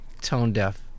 tone-deaf